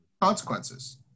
consequences